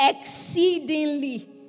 exceedingly